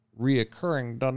reoccurring